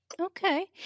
Okay